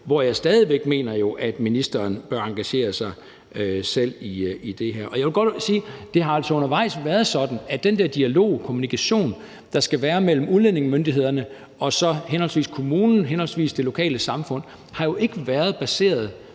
mener jo stadig væk, at ministeren bør engagere sig selv i det her. Jeg vil godt sige: Det har altså undervejs været sådan, at den der dialog og kommunikation, der skal være mellem udlændingemyndighederne og så henholdsvis kommunen og det lokale samfund, jo ikke har været baseret